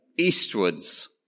Eastwards